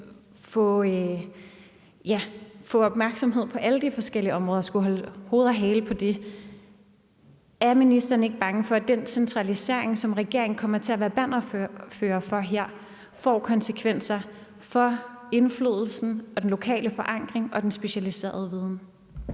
være opmærksom på alle de forskellige områder og finde hoved og hale i det. Er ministeren ikke bange for, at den centralisering, som regeringen kommer til at være bannerfører for her, får konsekvenser for indflydelsen og den lokale forankring og den specialiserede viden?